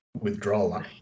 Withdrawal